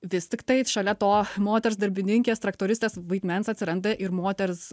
vis tiktai šalia to moters darbininkės traktoristės vaidmens atsiranda ir moters